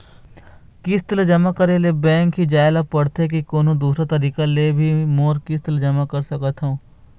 किस्त ला जमा करे ले बैंक ही जाए ला पड़ते कि कोन्हो दूसरा तरीका से भी मोर किस्त ला जमा करा सकत हो?